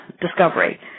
discovery